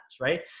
right